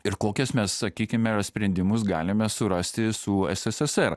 ir kokius mes sakykime sprendimus galime surasti su sssr